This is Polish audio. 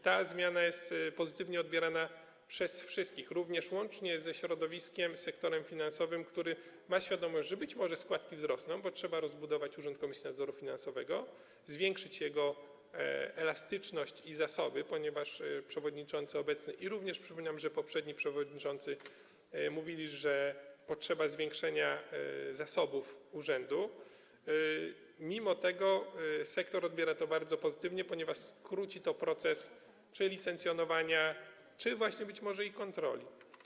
Ta zmiana jest też pozytywnie odbierana przez wszystkich, łącznie z sektorem finansowym, który ma świadomość, że być może składki wzrosną - bo trzeba rozbudować Urząd Komisji Nadzoru Finansowego, zwiększyć jego elastyczność i zasoby, ponieważ przewodniczący obecny i, przypominam, poprzedni przewodniczący mówili, że potrzebne jest zwiększenie zasobów urzędu - a mimo to odbiera to bardzo pozytywnie, ponieważ skróci to proces czy licencjonowania czy być może i kontroli.